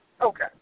Okay